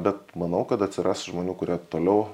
bet manau kad atsiras žmonių kurie toliau